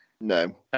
No